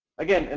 again, and